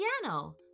piano